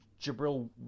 Jabril